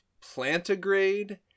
plantigrade